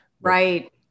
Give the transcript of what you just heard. Right